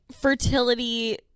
fertility